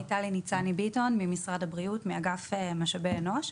טלי ניצני ביטון ממשרד הבריאות, אגף משאבי אנוש.